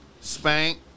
Spank